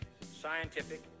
scientific